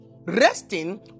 resting